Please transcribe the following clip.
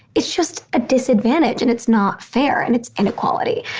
it's just a disadvantage and it's not fair and it's inequality.